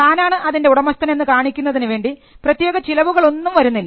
താനാണ് അതിൻറെ ഉടമസ്ഥൻ എന്ന് കാണിക്കുന്നതിനു വേണ്ടി പ്രത്യേക ചിലവുകൾ ഒന്നും വരുന്നില്ല